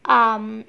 um